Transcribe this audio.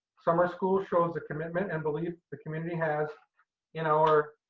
summer school shows the commitment and belief the community has in our